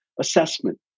assessment